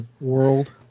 world